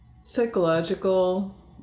psychological